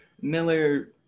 Miller